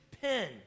pen